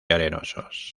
arenosos